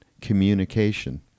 communication